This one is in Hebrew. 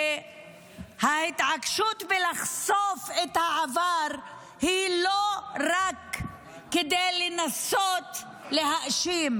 שההתעקשות בלחשוף את העבר היא לא רק כדי לנסות להאשים,